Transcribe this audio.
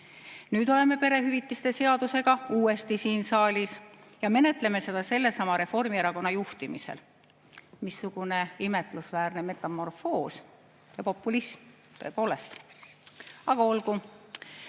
Nüüd oleme perehüvitiste seadusega uuesti siin saalis ja menetleme seda sellesama Reformierakonna juhtimisel. Missugune imetlusväärne metamorfoos ja populism, tõepoolest. Aga olgu.